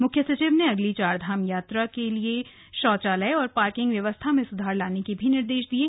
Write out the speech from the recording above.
मुख्य सचिव ने अगली चारधाम यात्रा के लिए शौचालय और पार्किंग व्यवस्था में सुधार लाने के निर्देश भी दिये